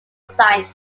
scientist